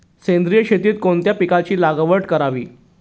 सेंद्रिय शेतीत कोणत्या पिकाची लागवड करावी?